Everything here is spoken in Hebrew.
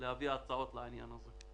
להביא הצעות בעניין הזה.